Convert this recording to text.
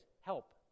help